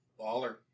Baller